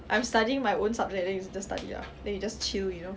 I'm studying my own subject then you just study ah then you just chill you know